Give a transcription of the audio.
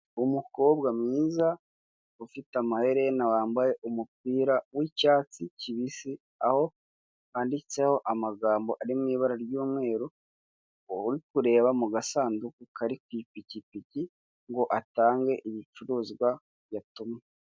Umukobwa mwiza ufite amaherena wambaye umupira w'icyatsi kibisi, aho wanditseho amagobo ari mu ibara ry'umweru; uri kureba mu gasanduku kari ku ipikipiki ngo atange ibicuruzwa batumwe.